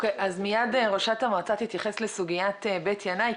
מייד ראשת המועצה תתייחס לסוגיית בית ינאי.